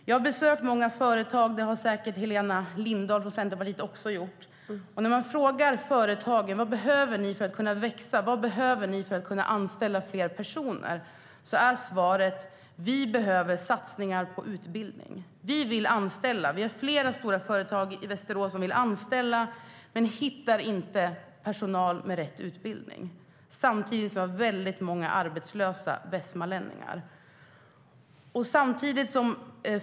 Jag har besökt många företag - det har säkert också Helena Lindahl från Centerpartiet gjort - och när man frågar företagen vad de behöver för att kunna växa och anställa fler personer är svaret: Vi behöver satsningar på utbildning. Vi vill anställa. Vi har flera stora företag i Västerås som vill anställa men som inte hittar personal med rätt utbildning. Samtidigt har vi väldigt många arbetslösa västmanlänningar.